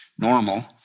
normal